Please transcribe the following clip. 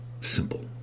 simple